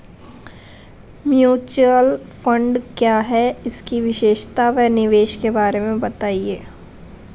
Mutual fund क्या है इसकी विशेषता व निवेश के बारे में बताइये?